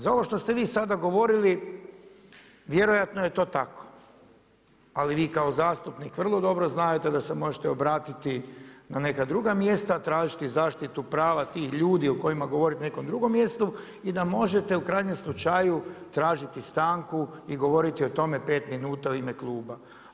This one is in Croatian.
Za ovo što ste vi sada govorili vjerojatno je to tako, ali vi kao zastupnik vrlo dobro znadete da se možete obratiti na neka druga mjesta, tražiti zaštitu prava tih ljudi o kojima govorite na nekom drugom mjestu i da možete u krajnjem slučaju tražiti stanku i govoriti o tome pet minuta u ime kluba.